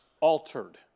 altered